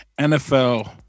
NFL